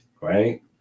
right